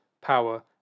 power